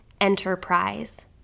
enterprise